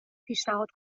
پیشنهاد